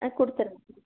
ஆ கொடுத்துடுறங்க சார்